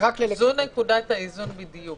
הפנינו לתקנות ויחול הדין שקיים עכשיו.